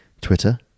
Twitter